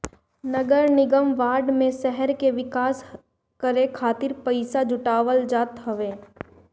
नगरनिगम बांड में शहर के विकास करे खातिर पईसा जुटावल जात हवे